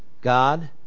God